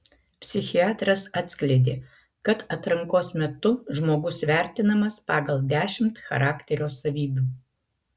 psichiatras atskleidė kad atrankos metu žmogus vertinamas pagal dešimt charakterio savybių